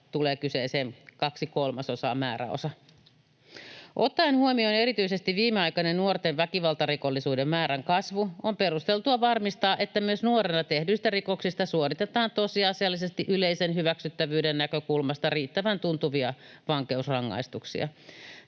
kolmasosaa ‑määräosa. Ottaen huomioon erityisesti viimeaikainen nuorten väkivaltarikollisuuden määrän kasvu on perusteltua varmistaa, että myös nuorena tehdyistä rikoksista suoritetaan tosiasiallisesti yleisen hyväksyttävyyden näkökulmasta riittävän tuntuvia vankeusrangaistuksia.